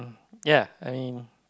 ya I mean